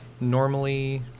normally